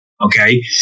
okay